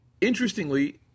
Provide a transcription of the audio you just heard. interestingly